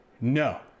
No